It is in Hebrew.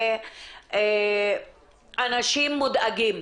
שאנשים מודאגים.